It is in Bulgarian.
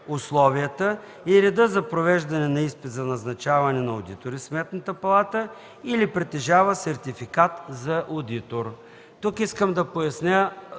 условията и реда за провеждане на изпит за назначаване на одитори в Сметната палата или притежава сертификат за одитор.” Тук искам да разсея